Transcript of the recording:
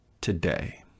today